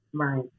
right